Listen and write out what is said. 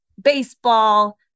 baseball